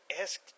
asked